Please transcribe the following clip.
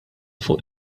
fuq